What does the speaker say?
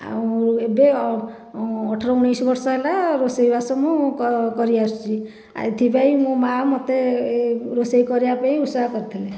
ଆଉ ଏବେ ଅଠର ଉଣାଇଶ ବର୍ଷ ହେଲା ରୋଷେଇବାସ ମୁଁ କରିଆସୁଛି ଏଥିପାଇଁ ମୋ ମା' ମୋତେ ରୋଷେଇ କରିବାପାଇଁ ଉତ୍ସାହ କରିଥିଲେ